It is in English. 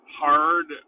hard